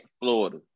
Florida